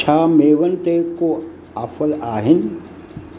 छा मेवन ते को ऑफर आहिनि